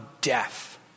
death